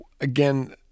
again